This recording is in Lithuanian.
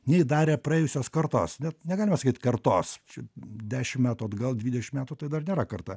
nei darė praėjusios kartos net negalima sakyt kartos čia dešimt metų atgal dvidešimt metų tai dar nėra karta